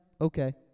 Okay